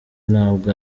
ntabwo